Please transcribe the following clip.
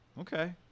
Okay